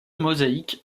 mosaïques